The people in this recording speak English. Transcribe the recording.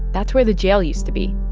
that's where the jail used to be.